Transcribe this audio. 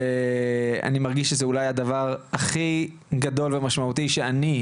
שאני מרגיש שזה אולי הדבר הכי גדול ומשמעותי שאני,